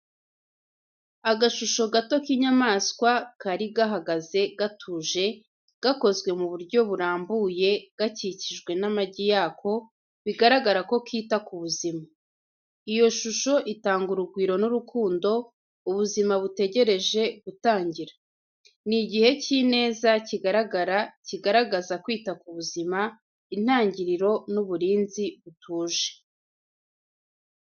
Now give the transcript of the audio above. Agashusho gato k’inyamaswa kari gahagaze gatuje, gakozwe mu buryo burambuye, gakikijwe n'amagi yako, bigaragara ko kita ku buzima. Iyo shusho itanga urugwiro n’urukundo, ubuzima butegereje gutangira. Ni igihe cy’ineza kigaragara, kigaragaza kwita ku buzima, intangiriro n’uburinzi butuje.